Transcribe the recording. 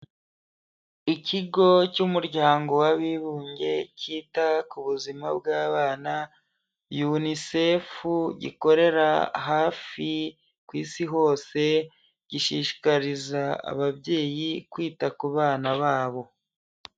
Ikigo cy'umuryango w'abibumbye cyita ku buzima bw'abana unisefu gikorera hafi ku isi hose gishishikariza ababyeyi kwita ku bana babo.